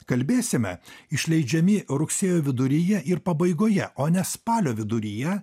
kalbėsime išleidžiami rugsėjo viduryje ir pabaigoje o ne spalio viduryje